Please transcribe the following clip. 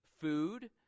food